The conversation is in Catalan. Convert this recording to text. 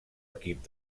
equip